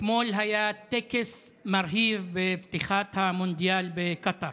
אתמול היה טקס מרהיב בפתיחת מהמונדיאל בקטאר.